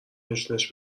نشونش